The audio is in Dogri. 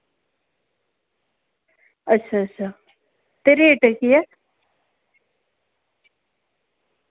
अच्छा अच्छा ते रेट केह् ऐ